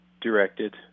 directed